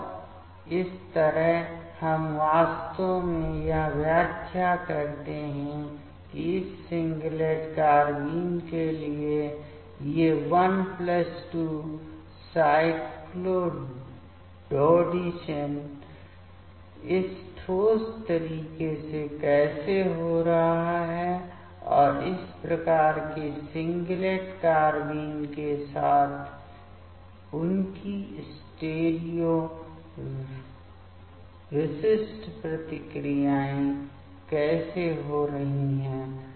और इस तरह हम वास्तव में यह व्याख्या कर सकते हैं कि इस सिंगलेट कार्बेन के लिए ये 1 2 साइक्लोडोडिशन इस ठोस तरीके से कैसे हो रहे हैं और इस प्रकार के सिंगलेट कार्बेन के साथ उनकी स्टीरियो विशिष्ट प्रतिक्रियाएं कैसे हो रही हैं